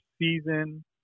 season